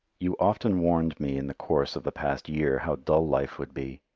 you often warned me in the course of the past year how dull life would be.